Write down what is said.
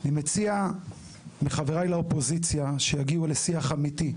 אני מציע לחבריי לאופוזיציה להגיע לשיח אמיתי,